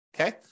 okay